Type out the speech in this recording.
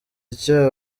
icyo